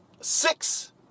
six